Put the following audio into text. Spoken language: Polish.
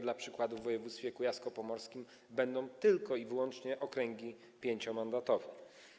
Dla przykładu w województwie kujawsko-pomorskim będą tylko i wyłącznie okręgi 5-mandatowe.